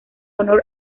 honor